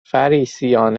فَریسیان